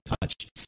touch